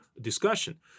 discussion